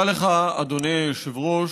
תודה לך, אדוני היושב-ראש.